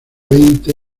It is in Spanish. veinte